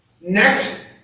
Next